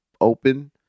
open